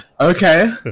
Okay